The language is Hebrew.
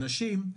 נשים,